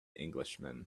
englishman